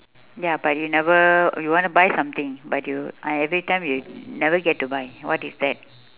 ya but you never you want to buy something but you every time never get to buy what is that